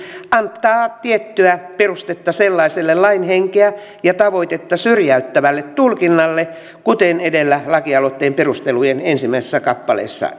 antaa tiettyä perustetta sellaiselle lain henkeä ja tavoitetta syrjäyttävälle tulkinnalle kuten edellä lakialoitteen perustelujen ensimmäisessä kappaleessa